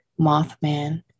Mothman